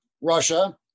Russia